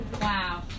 Wow